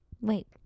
Wait